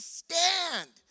stand